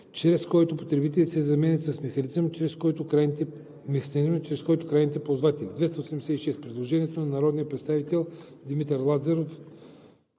чрез който потребителите“ се заменят с „механизъм, чрез който крайните ползватели“.“